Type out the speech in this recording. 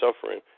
suffering